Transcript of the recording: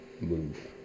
move